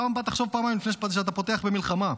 בפעם הבאה תחשוב פעמיים לפני שאתה פותח במלחמה.